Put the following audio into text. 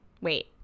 Wait